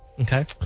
Okay